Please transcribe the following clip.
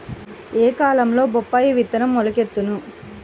ఏ కాలంలో బొప్పాయి విత్తనం మొలకెత్తును?